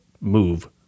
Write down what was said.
move